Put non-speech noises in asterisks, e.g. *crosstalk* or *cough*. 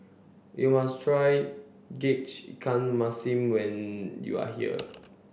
you must try *unintelligible* ikan Masin when you are here